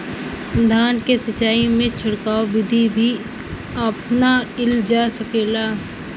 धान के सिचाई में छिड़काव बिधि भी अपनाइल जा सकेला?